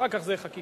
אחר כך זה חקיקה,